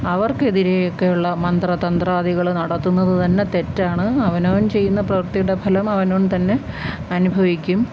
അവർക്കെതിരെ ഒക്കെ ഉള്ള മന്ത്ര തന്ത്രാദികള് നടത്തുന്നത് തന്നെ തെറ്റാണ് അവനവൻ ചെയ്യുന്ന പ്രവർത്തിയുടെ ഫലം അവനവൻ തന്നെ അനുഭവിക്കും